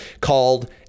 called